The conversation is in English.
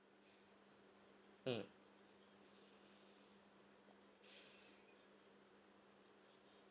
mm